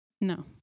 No